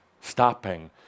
stopping